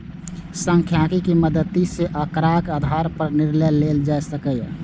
सांख्यिकी के मदति सं आंकड़ाक आधार पर निर्णय लेल जा सकैए